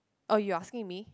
oh you're asking me